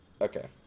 Okay